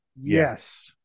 Yes